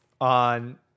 on